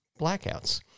blackouts